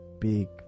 big